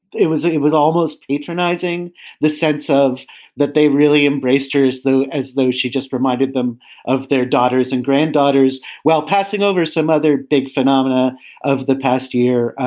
it was it was almost patronizing the sense of that they really embraced her as though as though she just reminded them of their daughters and granddaughters while passing over some other big phenomena of the past year,